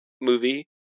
movie